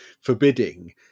forbidding